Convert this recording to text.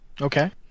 Okay